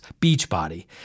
Beachbody